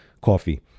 coffee